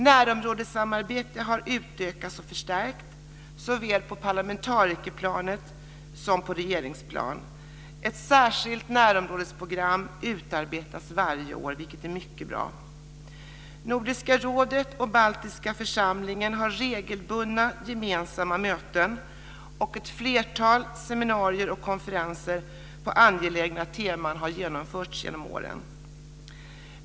Närområdessamarbetet har utökats och förstärkts, såväl på parlamentarikerplanet som på regeringsplanet. Ett särskilt närområdesprogram utarbetas varje år, vilket är mycket bra. Nordiska rådet och Baltiska församlingen har regelbundna gemensamma möten. Ett flertal seminarier och konferenser på angelägna teman har genomförts genom åren.